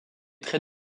très